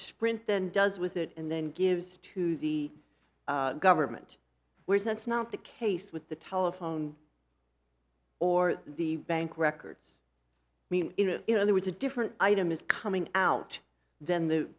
sprint then does with it and then gives to the government where sense not the case with the telephone or the bank records mean you know there was a different item is coming out then the